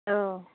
औ